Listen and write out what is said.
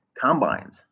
combines